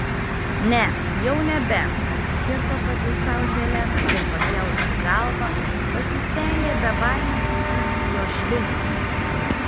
ne jau nebe atsikirto pati sau helena ir pakėlusi galvą pasistengė be baimės sutikti jo žvilgsnį